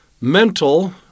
mental